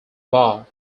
bar